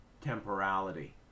temporality